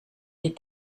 dit